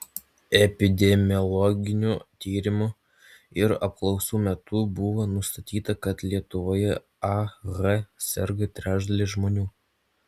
epidemiologinių tyrimų ir apklausų metu buvo nustatyta kad lietuvoje ah serga trečdalis žmonių